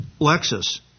Lexus